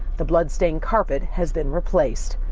the blood-stained carpet has been replaced.